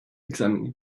examine